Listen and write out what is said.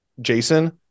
jason